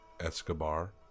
escobar